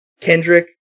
kendrick